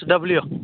W